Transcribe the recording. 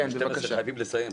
ב-12:00 אנחנו חייבים לסיים.